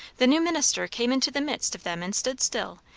the new minister came into the midst of them and stood still,